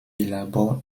élabore